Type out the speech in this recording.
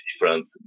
different